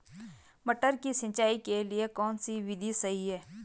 मटर की सिंचाई के लिए कौन सी विधि सही है?